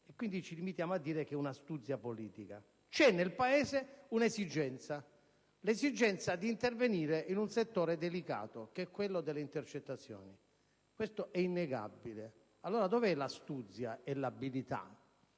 Quindi ci limitiamo a dire che è un'astuzia politica! C'è nel Paese l'esigenza di intervenire in un settore delicato, che è quello delle intercettazioni. Questo è innegabile. Allora, la maggioranza